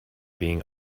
being